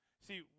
See